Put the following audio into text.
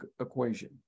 equation